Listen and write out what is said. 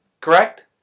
Correct